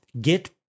get